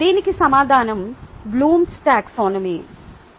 దీనికి సమాధానం Bloom's taxonomy Taxonomy